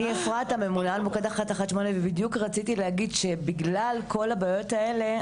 אני אפרת הממונה על מוקד 118 ובדיוק רציתי להגיד שבגלל כל הבעיות האלה,